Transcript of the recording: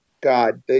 God